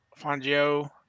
Fangio